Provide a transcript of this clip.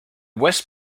west